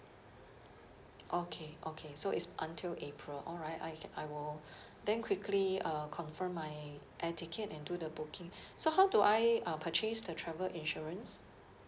okay okay so it's until april alright I ca~ I will then quickly uh confirm my air ticket and do the booking so how do I uh purchase the travel insurance